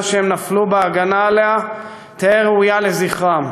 שהם נפלו בהגנה עליה תהא ראויה לזכרם,